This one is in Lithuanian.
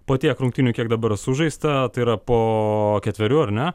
po tiek rungtynių kiek dabar sužaista yra po ketverių ar ne